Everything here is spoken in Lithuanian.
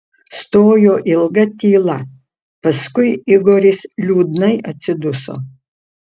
stojo ilga tyla paskui igoris liūdnai atsiduso